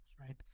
right